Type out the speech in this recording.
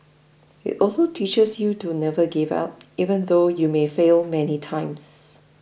it also teaches you to never give up even though you may fail many times